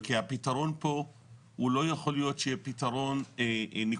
כי הפתרון פה לא יכול להיות שיהיה פתרון נקודתי.